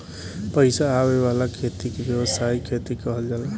पईसा आवे वाला खेती के व्यावसायिक खेती कहल जाला